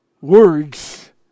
words